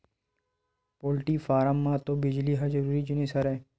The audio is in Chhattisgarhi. पोल्टी फारम म तो बिजली ह जरूरी जिनिस हरय